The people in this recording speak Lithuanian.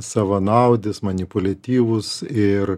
savanaudis manipuliatyvus ir